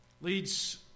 leads